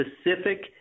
specific